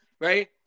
Right